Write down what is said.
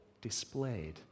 displayed